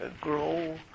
grow